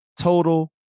total